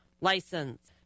license